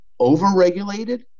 overregulated